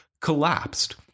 collapsed